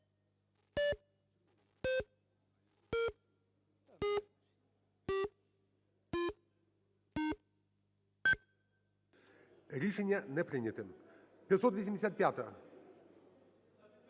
Рішення не прийнято. 587-а.